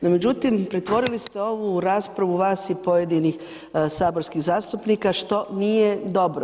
No međutim pretvorili ste ovu raspravu vas i pojedinih saborskih zastupnika što nije dobro.